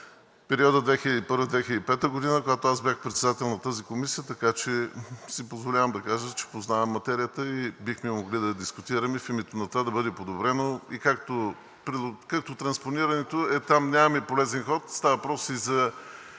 периода 2001 – 2005 г., когато бях председател на тази комисия, така че си позволявам да кажа, че познавам материята и бихме могли да я дискутираме в името на това да бъде подобрено, както транспонирането, там нямаме полезен ход, а става въпрос и за